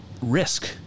risk